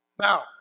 Now